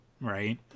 right